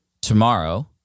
tomorrow